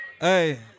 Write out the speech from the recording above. Hey